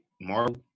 Marvel